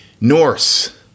Norse